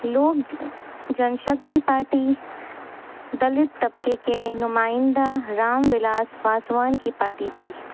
لوگ جن شکتی پارٹی دلت طبقے کے نمائندہ رام ولاس پاسوان کی پارٹی تھی